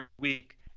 week